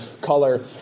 color